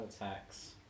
attacks